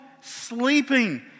sleeping